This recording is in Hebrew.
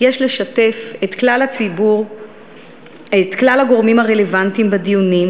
יש לשתף את כלל הגורמים הרלוונטיים בדיונים,